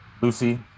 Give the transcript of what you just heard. Lucy